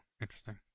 Interesting